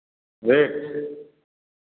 rate